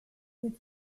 with